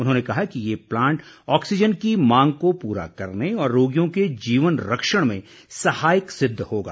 उन्होंने कहा कि ये प्लांट ऑक्सीजन की मांग को पूरा करने और रोगियों के जीवन रक्षण में सहायक सिद्ध होगा